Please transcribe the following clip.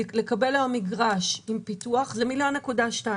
לקבל היום מגרש עם פיתוח זה 1.2 מיליון שקל.